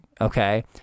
okay